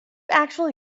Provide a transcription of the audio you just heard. actually